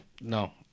no